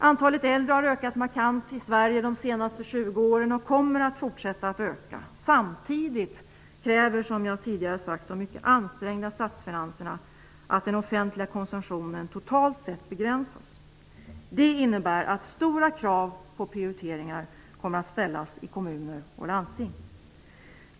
Antalet äldre har ökat markant i Sverige de senaste 20 åren och kommer att fortsätta att öka. Samtidigt kräver, som jag tidigare sagt, de mycket ansträngda statsfinanserna att den offentliga konsumtionen totalt sett begränsas. Det innebär att stora krav på prioriteringar kommer att ställas i kommuner och landsting.